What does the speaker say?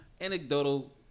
Anecdotal